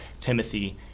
Timothy